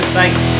Thanks